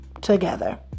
together